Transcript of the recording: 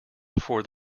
before